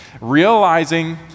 Realizing